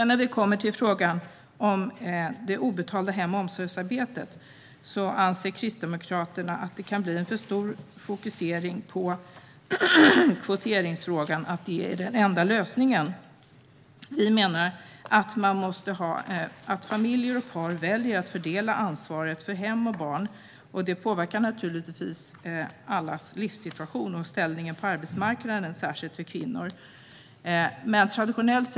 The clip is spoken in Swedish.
När vi kommer till frågan om det obetalda hem och omsorgsarbetet anser Kristdemokraterna att det kan bli en för stor fokusering på kvotering som den enda lösningen. Vi menar att familjer och par väljer att fördela ansvaret för hem och barn, och det påverkar naturligtvis allas livssituation och ställningen på arbetsmarknaden särskilt för kvinnor.